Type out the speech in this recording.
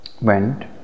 went